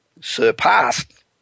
surpassed